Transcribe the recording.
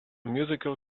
musical